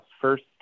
first